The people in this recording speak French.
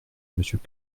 monsieur